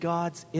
God's